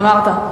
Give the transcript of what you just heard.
אמרת.